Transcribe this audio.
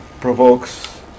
provokes